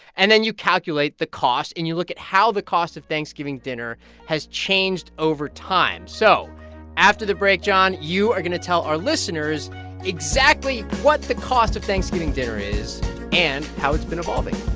and then you calculate the cost, and you look at how the cost of thanksgiving dinner has changed over time. so after the break, john, you are going to tell our listeners exactly what the cost of thanksgiving dinner is and how it's been evolving